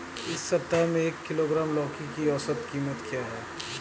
इस सप्ताह में एक किलोग्राम लौकी की औसत कीमत क्या है?